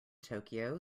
tokyo